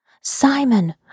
Simon